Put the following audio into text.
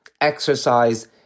exercise